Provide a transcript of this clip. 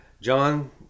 John